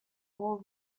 whole